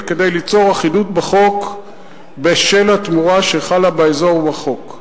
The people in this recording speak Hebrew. וכדי ליצור אחידות בחוק בשל התמורה שחלה באזור ובחוק,